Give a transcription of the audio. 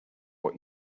what